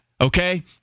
Okay